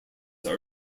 are